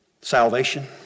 salvation